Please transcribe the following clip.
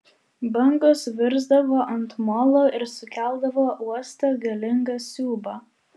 bangos virsdavo ant molo ir sukeldavo uoste galingą siūbą